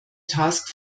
task